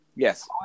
Yes